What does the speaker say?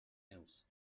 else